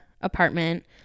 apartment